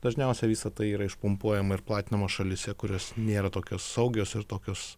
dažniausiai visa tai yra išpumpuojama ir platinama šalyse kurios nėra tokios saugios ir tokios